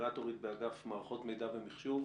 אינטגרטורית באגף מערכות מידע ומחשוב,